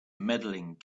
medaling